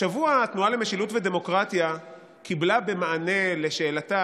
השבוע התנועה למשילות ודמוקרטיה קיבלה מענה על שאלתה